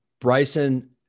Bryson